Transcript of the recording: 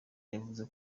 yavuze